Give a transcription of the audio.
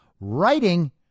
writing